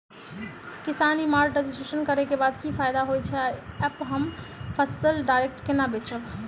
किसान e mart registration करै केँ बाद की फायदा होइ छै आ ऐप हम फसल डायरेक्ट केना बेचब?